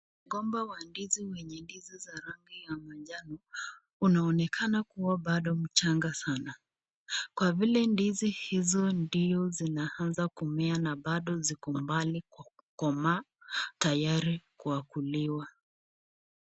Mgomba wa ndizi wenye rangi ya manjano, unaonekana kuwa mchanga sana kwa vile ndizi hizo ndizo zinaanza kumea na na bado ziko mbali kukoma tayari kukuliwa.